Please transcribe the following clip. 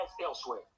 elsewhere